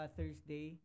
Thursday